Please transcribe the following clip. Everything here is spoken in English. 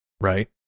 right